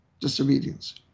disobedience